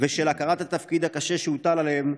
ושל הכרת התפקיד הקשה שהוטל עליהם,